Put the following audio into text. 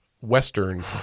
Western